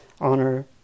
honor